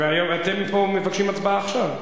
ואתם מבקשים הצבעה עכשיו.